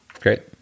Great